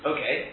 Okay